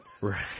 Right